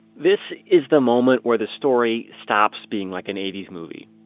this, is the moment where the story stops being like an eighty s movie.